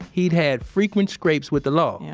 he'd had frequent scrapes with the law. yeah